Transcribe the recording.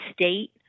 state